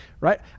right